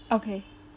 okay